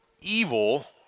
evil